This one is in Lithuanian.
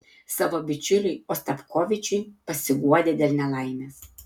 savo bičiuliui ostapkovičiui pasiguodė dėl nelaimės